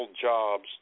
jobs